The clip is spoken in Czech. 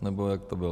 Nebo jak to bylo?